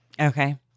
Okay